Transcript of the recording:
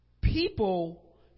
people